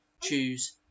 choose